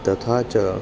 तथा च